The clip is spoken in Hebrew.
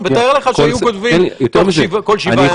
נכון ליום חמישי.